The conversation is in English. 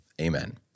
Amen